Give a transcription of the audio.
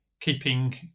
keeping